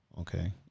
Okay